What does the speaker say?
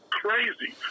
crazy